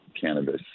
cannabis